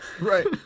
right